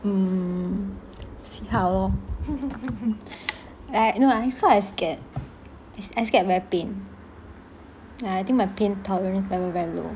um see how lor I think I sort of scared I scared very pain I think my pain tolerance very low